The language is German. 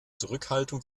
zurückhaltung